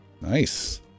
Nice